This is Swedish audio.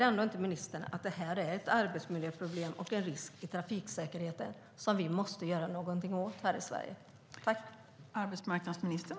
Är inte detta är ett arbetsmiljöproblem och en risk för trafiksäkerheten som vi måste göra något åt i Sverige, ministern?